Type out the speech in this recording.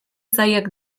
zailak